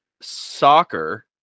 soccer